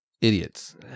Idiots